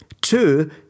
Two